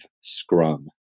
Scrum